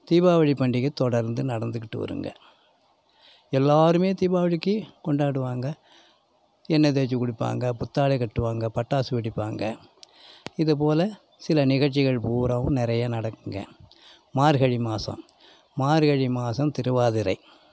தீபாவளி பண்டிகை தொடர்ந்து நடந்துக்கிட்டு வருங்க எல்லாருமே தீபாவளிக்கு கொண்டாடுவாங்க என்ன தேய்ச்சி குளிப்பாங்க புத்தாடை கட்டுவாங்க பட்டாசு வெடிப்பாங்க இதுபோல் சில நிகழ்ச்சிகள் பூராவும் நிறைய நடக்குங்க மார்கழி மாதம் மார்கழி மாதம் திருவாதிரை